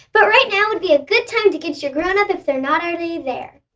but right now would be a good time to get your grown up if they're not already there.